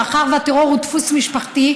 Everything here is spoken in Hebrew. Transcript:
מאחר שהטרור הוא דפוס משפחתי,